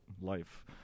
life